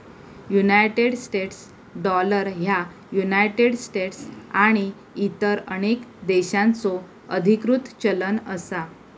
United States dollar ह्या United States आणि इतर अनेक देशांचो अधिकृत चलन असा